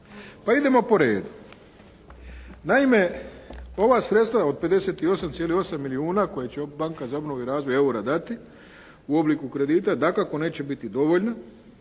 Pa idemo po redu. Naime ova sredstva od 58,8 milijuna koje će banka za obnovu i razvoj eura dati u obliku kredita dakako neće biti dovoljna